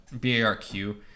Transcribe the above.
b-a-r-q